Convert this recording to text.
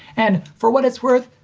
and for what it's worth,